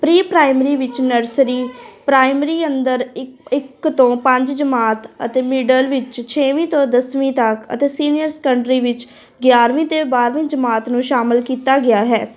pre primary ਵਿੱਚ nursery primary ਅੰਦਰ ਇੱਕ ਇੱਕ ਤੋਂ ਪੰਜ ਜਮਾਤ ਅਤੇ ਮਿਡਲ ਵਿੱਚ ਛੇਵੀਂ ਤੋਂ ਦਸਵੀਂ ਤੱਕ ਅਤੇ ਸੀਨੀਅਰ ਸੈਕੰਡਰੀ ਵਿੱਚ ਗਿਆਰਵੀਂ ਅਤੇ ਬਾਰ੍ਹਵੀਂ ਜਮਾਤ ਨੂੰ ਸ਼ਾਮਿਲ ਕੀਤਾ ਗਿਆ ਹੈ